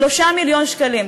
3 מיליון שקלים.